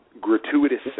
gratuitous